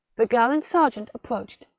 the gallant serjeant approached,